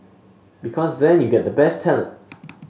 because then you get the best talent